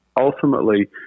ultimately